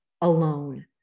alone